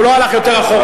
הוא לא הלך יותר רחוק.